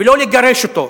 ולא לגרש אותו.